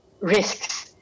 risks